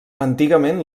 antigament